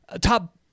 top